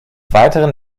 weiteren